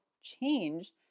change